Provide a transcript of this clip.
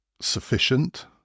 sufficient